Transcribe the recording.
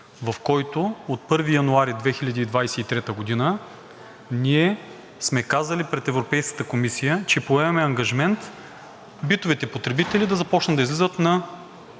в който от 1 януари 2023 г. ние сме казали пред Европейската комисия, че поемаме ангажимент битовите потребите да започнат да излизат на